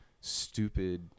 stupid